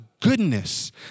goodness